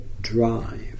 drive